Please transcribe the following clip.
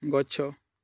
ଗଛ